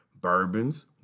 Bourbons